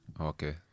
okay